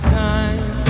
time